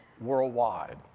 worldwide